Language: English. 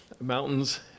mountains